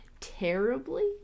terribly